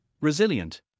resilient